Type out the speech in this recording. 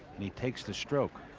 he takes the stroke.